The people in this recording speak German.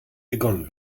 begonnen